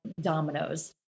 dominoes